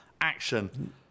action